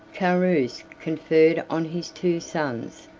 carus conferred on his two sons,